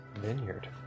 vineyard